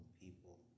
people